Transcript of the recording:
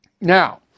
Now